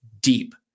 deep